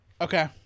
Okay